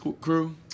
crew